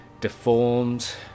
deformed